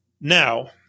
now